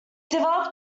developed